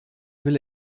will